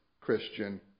Christian